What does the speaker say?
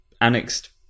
annexed